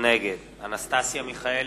נגד אנסטסיה מיכאלי,